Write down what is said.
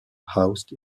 housed